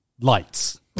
lights